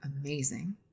amazing